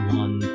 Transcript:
one